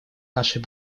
нашей